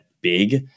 big